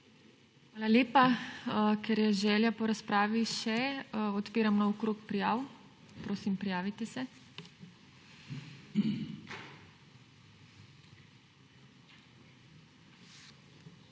Hvala lepa. Ker je želja po razpravi še, odpiram nov krog prijav. Prosim, prijavite se. Imamo tri